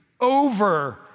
over